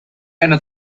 einer